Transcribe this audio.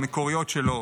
מקוריות שלו,